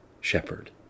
shepherd